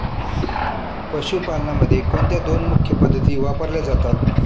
पशुपालनामध्ये कोणत्या दोन मुख्य पद्धती वापरल्या जातात?